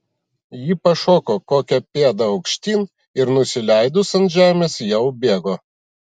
ji pašoko kokią pėdą aukštyn ir nusileidus ant žemės jau bėgo